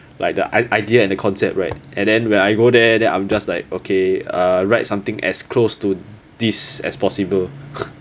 like the i~ idea and the concept right and then when I go there then I'm just like okay uh write something as close to this as possible